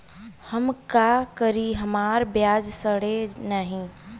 हम का करी हमार प्याज सड़ें नाही?